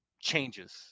changes